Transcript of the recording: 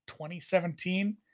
2017